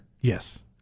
Yes